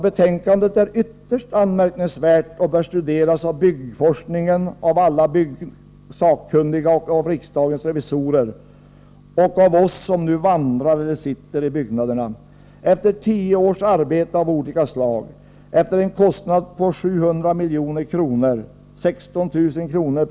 Betänkandet är ytterst anmärkningsvärt och bör studeras av byggforskningen, av alla byggsakkunniga, av riksdagens revisorer och av oss som nu vandrar eller sitter i byggnaderna. Efter tio års arbete av olika slag, efter en kostnad på 700 milj.kr. — 16 000 kr.